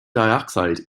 dioxide